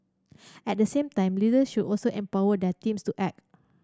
at the same time leaders should also empower their teams to act